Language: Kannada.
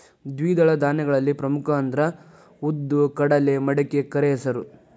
ದ್ವಿದಳ ಧಾನ್ಯಗಳಲ್ಲಿ ಪ್ರಮುಖ ಅಂದ್ರ ಉದ್ದು, ಕಡಲೆ, ಮಡಿಕೆ, ಕರೆಹೆಸರು